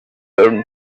learn